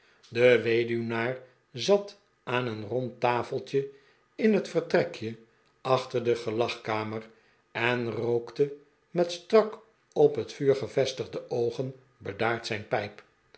de weduwnaar zat aan een rond tafeltje in het vertrekje achter de gelagkamer en rookte met strak op het vuur gevestigde oogen bedaard zijn pijp